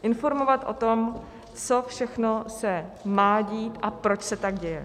Informovat o tom, co všechno se má dít a proč se tak děje.